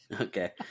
Okay